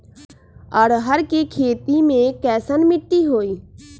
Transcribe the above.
अरहर के खेती मे कैसन मिट्टी होइ?